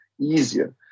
easier